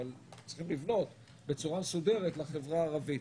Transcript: אבל צריכים לבנות בצורה מסודרת לחברה הערבית.